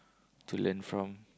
to learn from